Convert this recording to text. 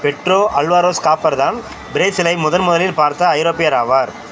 Pedro Alvares Cabral தான் பிரேசிலை முதன் முதலில் பார்த்த ஐரோப்பியர் ஆவார்